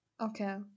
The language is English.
okay